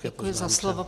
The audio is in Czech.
Děkuji za slovo.